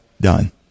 done